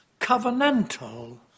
covenantal